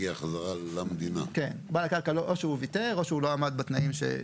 או הרשאה לבינוי מקרקעין מיועדים בשטח המיועד